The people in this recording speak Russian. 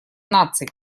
наций